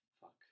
fuck